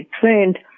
trained